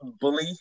Bully